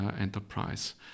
enterprise